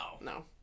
No